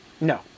no